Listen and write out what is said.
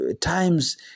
times